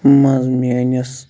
منٛز میٛٲنِس